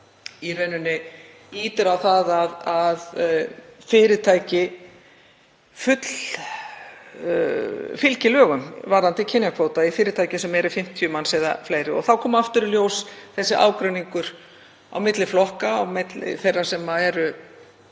í rauninni á það að fyrirtæki fullfylgi lögum varðandi kynjakvóta í fyrirtækjum sem eru með 50 manns eða fleiri. Þá kom aftur í ljós þessi ágreiningur á milli flokka og milli þeirra sem eru